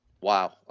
Wow